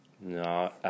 no